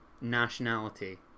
nationality